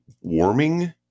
warming